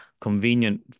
convenient